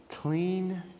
clean